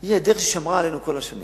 היא הדרך ששמרה עלינו כל השנים